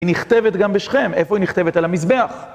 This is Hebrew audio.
היא נכתבת גם בשכם, איפה היא נכתבת? על המזבח.